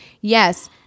Yes